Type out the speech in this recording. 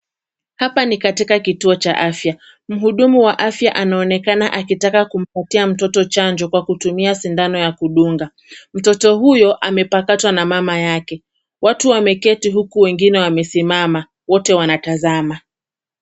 Hapa ni katika kituo cha afya. Mhudumu wa afya anaonekana akitaka kumpatia mtoto chanjo kwa kutumia sindano ya kudunga. Mtoto huyo amepakatwa na mama yake. Watu wameketi huku wengine wamesimama. Wote wanatazama.